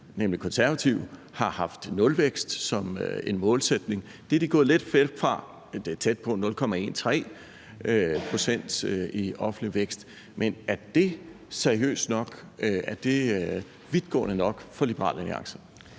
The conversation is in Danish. nemlig Konservative, har haft nulvækst som en målsætning. Det er de gået lidt væk fra; det er tæt på 0,13 pct. i offentlig vækst. Men er det seriøst nok? Er det vidtgående nok for Liberal Alliance?